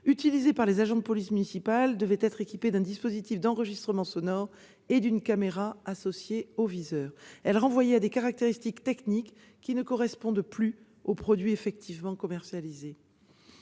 utilisés par les agents de police municipale soient équipés d'un dispositif d'enregistrement sonore et d'une caméra associée au viseur. Elle renvoyait à des caractéristiques techniques qui ne correspondent plus aux produits commercialisés